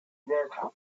work